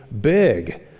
big